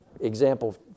example